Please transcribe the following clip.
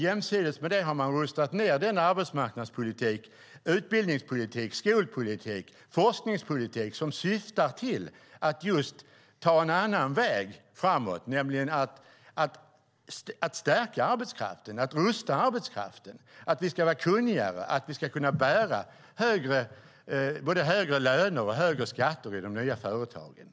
Jämsides med det har man rustat ned den arbetsmarknadspolitik, utbildningspolitik, skolpolitik och forskningspolitik som syftar till att just ta en annan väg framåt, nämligen att stärka och rusta arbetskraften, att vi ska vara kunnigare och ska kunna bära både högre löner och högre skatter i de nya företagen.